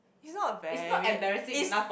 it's not a very it's